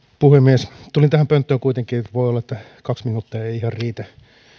puhemies tulin tähän pönttöön kuitenkin voi olla että kaksi minuuttia ei ihan riitä